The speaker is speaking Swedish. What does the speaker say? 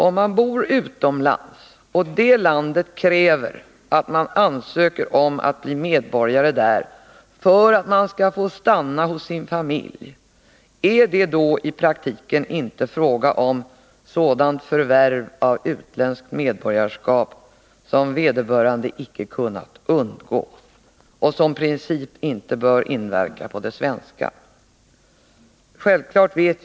Om man bor utomlands och det landet kräver att man ansöker om att bli medborgare där för att man skall få stanna hos sin familj, är det då i praktiken inte fråga om sådant förvärv av utländskt medborgarskap ”som vederbörande icke kunnat undgå”, som i princip inte bör inverka på det svenska medborgarskapet?